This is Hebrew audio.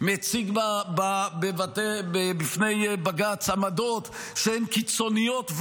מציג בפני בג"ץ עמדות שהן קיצוניות,